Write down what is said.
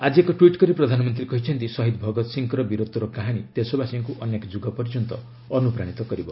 ଆଜି ଏକ ଟ୍ସିଟ୍ କରି ପ୍ରଧାନମନ୍ତ୍ରୀ କହିଛନ୍ତି ଶହୀଦ ଭଗତ ସିଂଙ୍କର ବୀରତ୍ପର କାହାଣୀ ଦେଶବାସୀଙ୍କୁ ଅନେକ ଯୁଗ ପର୍ଯ୍ୟନ୍ତ ଅନୁପ୍ରାଣୀତ କରିବ